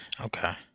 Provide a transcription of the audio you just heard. okay